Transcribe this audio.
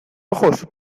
ojos